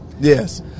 Yes